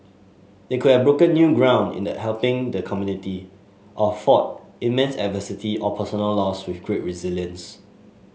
they could have broken new ground in the helping the community or fought immense adversity or personal loss with great resilience